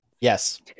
Yes